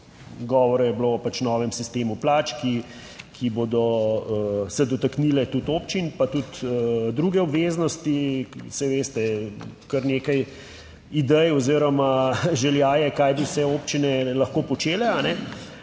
govora je bilo o pač novem sistemu plač, ki bodo se dotaknile tudi občin, pa tudi druge obveznosti, saj veste, kar nekaj idej oziroma želja je, kaj bi vse občine lahko počele. Zato